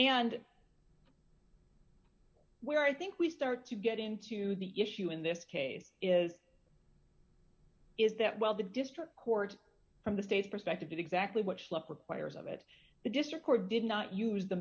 and where i think we start to get into the issue in this case is is that while the district court from the state's perspective exactly what's left requires of it the district court did not use the